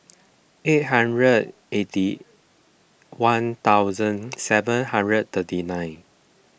eight hundred eighty one thousand seven hundred thirty nine